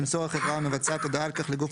תמסור החברה המבצעת הודעה על כך לגוף